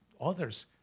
others